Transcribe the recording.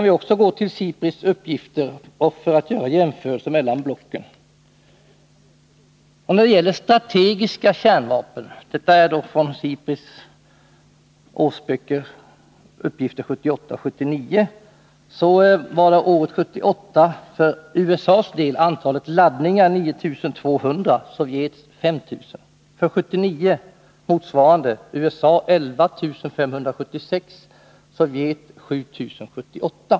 Vi kan gå till SIPRI:s uppgifter även här för att göra jämförelser mellan blocken. När det gäller strategiska kärnvapen — uppgifterna är från SIPRI:s årsböcker 1978 och 1979 — var år 1978 för USA:s del antalet laddningar 9 200 och för Sovjets del 5 000, medan för år 1979 motsvarande siffror var för USA:s del 11 576 och för Sovjets del 7 078.